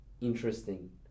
interesting